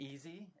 Easy